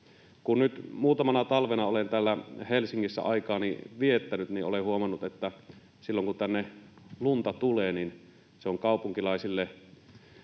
Kun nyt muutamana talvena olen täällä Helsingissä aikaani viettänyt, niin olen huomannut, että silloin kun tänne lunta tulee, niin siitä tietysti tulee